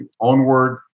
onward